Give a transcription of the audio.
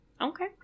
Okay